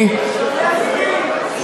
תשים לב מי עושה את עיקר הבלגן,